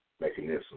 mechanism